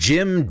Jim